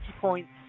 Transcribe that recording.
points